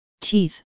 teeth